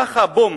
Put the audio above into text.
ככה, בום,